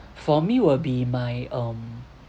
for me will be my um